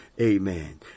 Amen